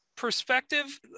perspective